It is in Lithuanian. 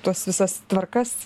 tuos visas tvarkas